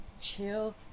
Chill